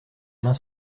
main